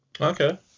okay